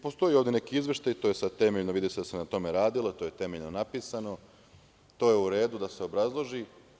Postoji ovde neki izveštaj, to je sad temeljno, vidi se da se na tome radilo, to je temeljno napisano, to je u redu da se obrazloži.